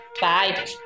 Bye